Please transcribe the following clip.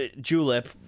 Julep